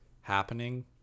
happening